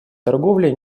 торговле